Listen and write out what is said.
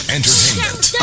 Entertainment